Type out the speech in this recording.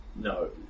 No